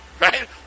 right